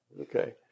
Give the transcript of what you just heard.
Okay